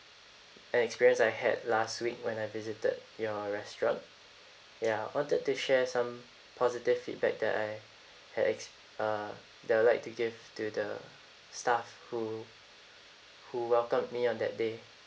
an experience I had last week when I visited your restaurant ya I wanted to share some positive feedback that I had ex~ uh that I'd like to give to the staff who who welcomed me on that day